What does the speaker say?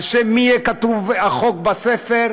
על שם מי יהיה כתוב החוק בספר,